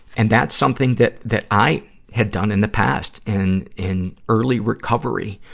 and that's something that that i had done in the past in in early recovery.